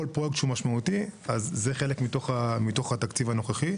כל פרויקט שהוא משמעותי זה חלק מהתקציב הנוכחי.